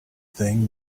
thing